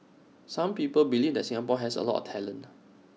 some people believe that Singapore has A lot of talent